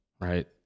right